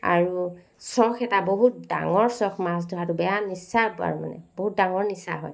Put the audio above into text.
আৰু চখ এটা বহুত ডাঙৰ চখ মাছ ধৰাটো বেয়া নিচা তাৰমানে বহুত ডাঙৰ নিচা হয়